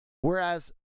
whereas